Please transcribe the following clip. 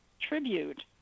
tribute